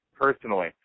personally